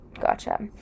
Gotcha